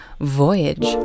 Voyage